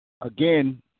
again